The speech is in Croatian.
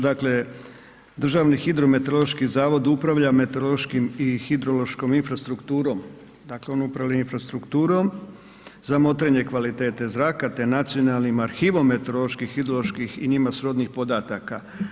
Dakle, Državni hidrometeorološki zavod upravlja meteorološkim i hidrološkom infrastrukturom, dakle on upravlja infrastrukturom za motrenje kvalitete zraka te nacionalnim arhivom meteoroloških, hidroloških i njima srodnih podataka.